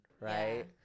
Right